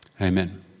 Amen